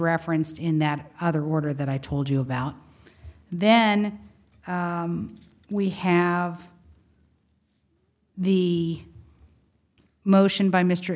referenced in that other order that i told you about then we have the motion by mr